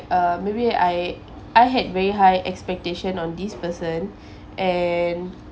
uh maybe I I had very high expectation on this person and